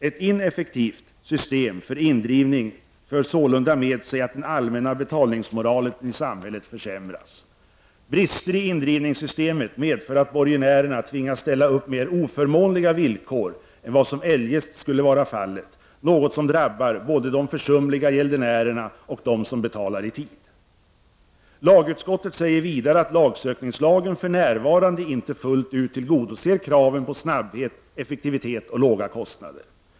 Ett ineffektivt system för indrivning för sålunda lätt med sig att den allmänna betalningsmoralen i samhället försämras, ——— Brister i indrivningssystemet medför att borgenärerna tvingas ställa upp mera oförmånliga villkor än vad som eljest skulle varit fallet, något som drabbar både de försumliga gäldenärerna och dem som betalar i tid.” Lagutskottet säger vidare att lagsökningslagen för närvarande inte fullt ut tillgodoser kraven på snabbhet, effektivitet och låga kostnader.